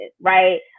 right